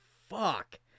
fuck